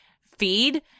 feed